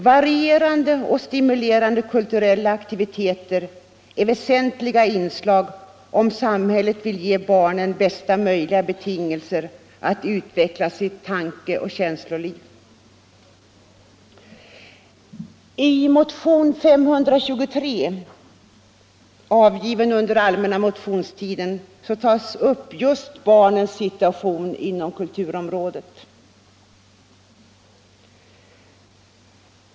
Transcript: Varierande och stimulerande kulturella aktiviteter är väsentliga inslag om samhället vill ge barnen bästa möjliga betingelser att utveckla sitt tankeoch känsloliv.” I motionen 523, avgiven under den allmänna motionstiden, tas upp just barnens situation inom kulturområdet.